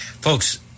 Folks